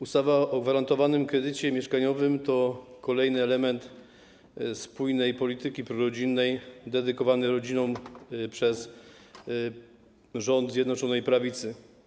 Ustawa o gwarantowanym kredycie mieszkaniowym to kolejny element spójnej polityki prorodzinnej skierowany do rodzin przez rząd Zjednoczonej Prawicy.